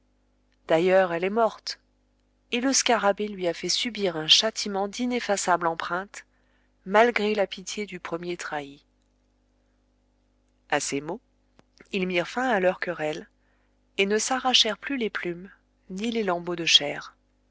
d'ailleurs elle est morte et le scarabée lui a fait subir un châtiment d'ineffaçable empreinte malgré la pitié du premier trahi a ces mots ils mirent fin à leur querelle et ne s'arrachèrent plus les plumes ni les lambeaux de chair